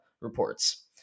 reports